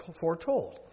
foretold